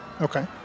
Okay